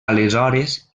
aleshores